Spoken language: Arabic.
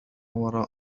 وراء